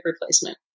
replacement